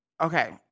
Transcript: okay